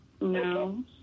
No